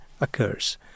occurs